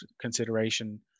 consideration